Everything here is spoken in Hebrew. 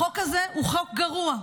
החוק הזה הוא חוק גרוע.